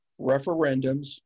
referendums